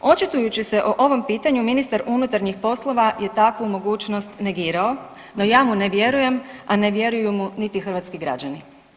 Očitujući se o ovom pitanju ministar unutarnjih poslova je takvu mogućnost negirao, no ja mu ne vjerujem, a ne vjeruju mu niti hrvatski građani.